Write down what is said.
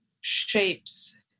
shapes